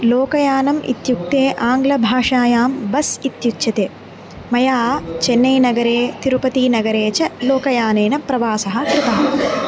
लोकयानम् इत्युक्ते आङ्ग्लभाषायां बस् इत्युच्यते मया चेन्नैनगरे तिरुपतीनगरे च लोकयानेन प्रवासः कृतः